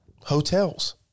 hotels